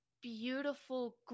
beautiful